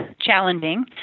challenging